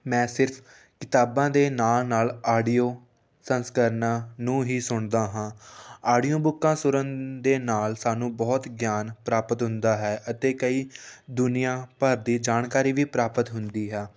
ਮੈਂ ਸਿਰਫ ਕਿਤਾਬਾਂ ਦੇ ਨਾਂ ਨਾਲ ਨਾਲ ਆਡੀਓ ਸੰਸਕਰਨਾਂ ਨੂੰ ਹੀ ਸੁਣਦਾ ਹਾਂ ਆਡੀਓ ਬੁੱਕਾਂ ਸੁਰਨ ਦੇ ਨਾਲ ਸਾਨੂੰ ਬਹੁਤ ਗਿਆਨ ਪ੍ਰਾਪਤ ਹੁੰਦਾ ਹੈ ਅਤੇ ਕਈ ਦੁਨੀਆਂ ਭਰ ਦੀ ਜਾਣਕਾਰੀ ਵੀ ਪ੍ਰਾਪਤ ਹੁੰਦੀ ਹੈ